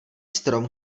strom